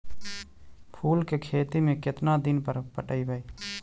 फूल के खेती में केतना दिन पर पटइबै?